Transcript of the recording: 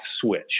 switch